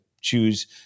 choose